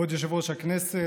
כבוד יושב-ראש הכנסת,